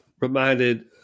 reminded